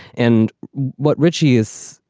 and what ritchey is,